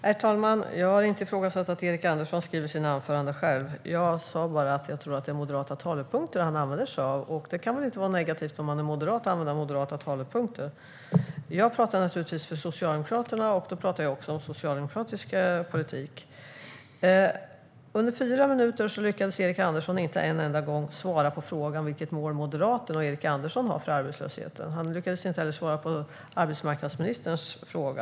Herr talman! Jag har inte ifrågasatt att Erik Andersson skriver sina anföranden själv. Jag sa bara att jag tror att det är moderata talepunkter han använder sig av. Det kan väl inte vara negativt att använda moderata talepunkter om man är moderat? Jag pratar naturligtvis för Socialdemokraterna, och då pratar jag också om socialdemokratisk politik. Under fyra minuter lyckades Erik Andersson inte en enda gång svara på frågan vilket mål Moderaterna och Erik Andersson har för arbetslösheten. Han lyckades heller inte svara på arbetsmarknadsministerns fråga.